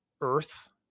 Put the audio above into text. Earth